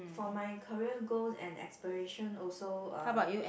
for my career goals and aspiration also uh